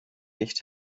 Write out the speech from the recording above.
nicht